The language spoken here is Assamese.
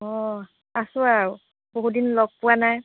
অঁ আছোঁ আৰু বহুত দিন লগ পোৱা নাই